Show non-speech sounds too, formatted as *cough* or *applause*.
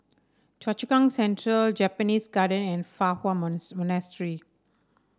Choa Chu Kang Central Japanese Garden and Fa Hua *unintelligible* Monastery